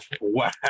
Wow